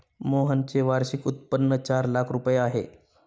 मोहनचे वार्षिक उत्पन्न चार लाख रुपये आहे